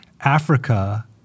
Africa